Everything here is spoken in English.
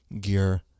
gear